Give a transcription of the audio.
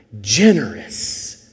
Generous